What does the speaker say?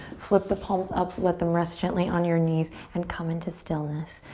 flip the palms up. let them rest gently on your knees and come into stillness.